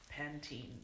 Pantene